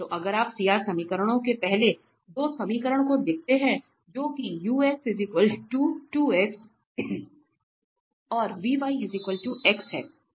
तो अगर आप सीआर समीकरणों के पहले 2 समीकरण को देखते हैं जो की 𝑢𝑥2𝑥 और 𝑣𝑦𝑥 है